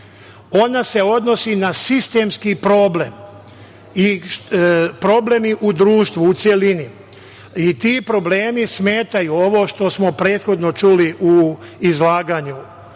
Ona se odnosi na sistemski problem i na probleme u društvu, u celini i ti problemi smetaju, ovo što smo prethodno čuli u izlaganju